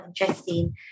interesting